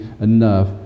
enough